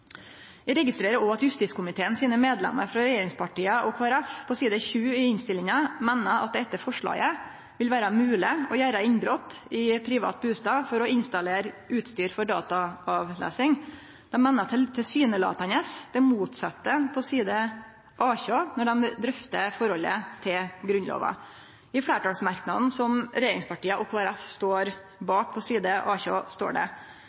Eg registrerer òg at justiskomiteen sine medlemer frå regjeringspartia og Kristeleg Folkeparti på side 20 i innstillinga meiner at det etter forslaget vil vere mogleg å gjere innbrot i privat bustad for å installere utstyr for dataavlesing. Dei meiner tilsynelatande det motsette på side 17–18 når dei drøftar forholdet til Grunnlova. I fleirtalsmerknaden som regjeringspartia og Kristeleg Folkeparti står bak på side 17–18, står det: